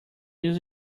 use